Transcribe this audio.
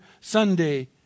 Sunday